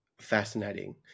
fascinating